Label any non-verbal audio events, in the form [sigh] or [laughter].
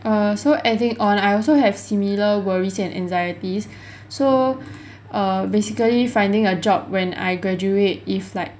err so adding on I also have similar worries and anxieties [breath] so [breath] uh basically finding a job when I graduate is like